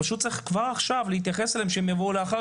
פשוט צריך כבר עכשיו להתייחס אליהם שיבואו לאחר